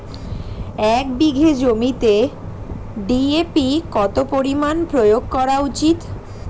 এক বিঘে জমিতে ডি.এ.পি কত পরিমাণ প্রয়োগ করা উচিৎ?